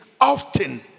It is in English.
often